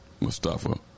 Mustafa